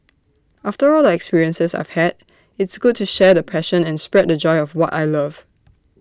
after all the experiences I've had it's good to share the passion and spread the joy of what I love